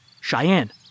Cheyenne